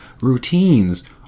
Routines